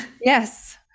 Yes